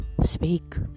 speak